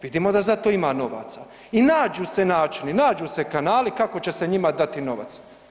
Vidimo da za to ima novaca i nađu se načini, nađu se kanali kako će se njima dati novac.